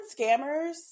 scammers